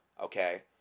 okay